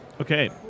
Okay